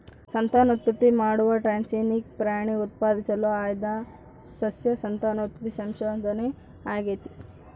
ಸಂತಾನೋತ್ಪತ್ತಿ ಮಾಡುವ ಟ್ರಾನ್ಸ್ಜೆನಿಕ್ ಪ್ರಾಣಿ ಉತ್ಪಾದಿಸಲು ಆಯ್ದ ಸಸ್ಯ ಸಂತಾನೋತ್ಪತ್ತಿ ಸಂಶೋಧನೆ ಆಗೇತಿ